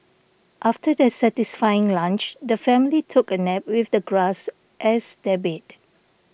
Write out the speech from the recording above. after their satisfying lunch the family took a nap with the grass as their bed